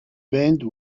band